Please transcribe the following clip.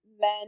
men